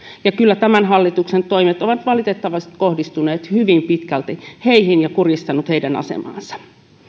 kyllä tämän hallituksen toimet ovat valitettavasti kohdistuneet hyvin pitkälti heihin ja kurjistaneet heidän asemaansa